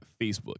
Facebook